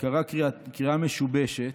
וקרא קריאה משובשת,